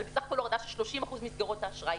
על בסך הכול הורדה של 30% מסגרות האשראי.